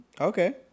Okay